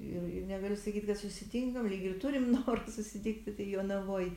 ir ir negaliu sakyt kad susitinkam lyg ir turim noro susitikti tai jonavoj